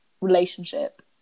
relationship